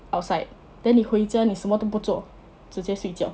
outside then 你回家你什么都不做直接睡觉